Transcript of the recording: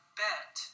bet